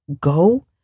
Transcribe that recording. Go